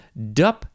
dup